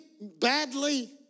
badly